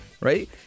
right